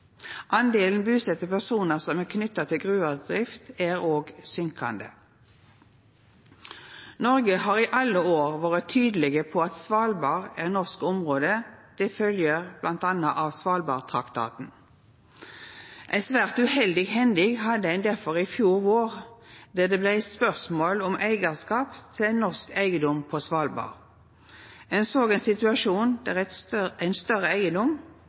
busette personar som er knytte til gruvedrift, er òg fallande. Noreg har i alle år vore tydeleg på at Svalbard er norsk område, det følgjer bl.a. av Svalbardtraktaten. Ei svært uheldig hending hadde ein difor i fjor vår då det blei spørsmål om eigarskap til norsk eigedom på Svalbard. Ein såg ein situasjon der ein større eigedom